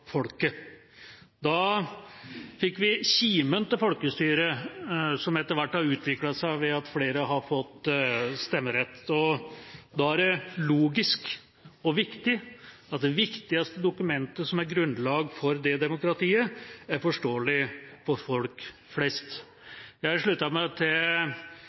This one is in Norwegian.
Da fikk vi kimen til folkestyret, som etter hvert har utviklet seg ved at flere har fått stemmerett. Da er det logisk og viktig at det viktigste dokumentet, som er grunnlag for det demokratiet, er forståelig for folk flest. Jeg slutter meg til